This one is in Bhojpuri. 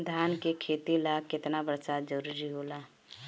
धान के खेती ला केतना बरसात जरूरी होला?